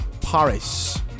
paris